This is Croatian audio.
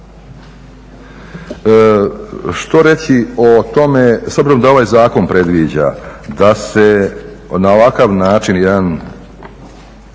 Što reći o tome, s obzirom da ovaj zakon predviđa da se na ovakav način jedan